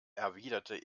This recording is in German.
erwiderte